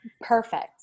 perfect